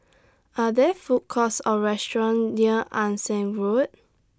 Are There Food Courts Or restaurants near Ann Siang Road